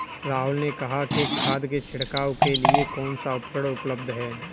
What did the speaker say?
राहुल ने कहा कि खाद की छिड़काव के लिए कौन सा उपकरण उपलब्ध है?